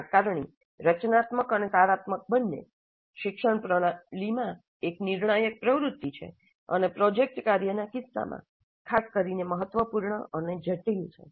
આકારણી રચનાત્મક અને સારાત્મક બંને શિક્ષણ પ્રણાલીમાં એક નિર્ણાયક પ્રવૃત્તિ છે અને પ્રોજેક્ટ કાર્યના કિસ્સામાં ખાસ કરીને મહત્વપૂર્ણ અને જટિલ છે